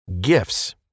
Gifts